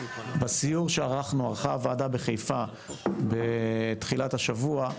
בסיור שערכה הוועדה בחיפה בתחילת השבוע,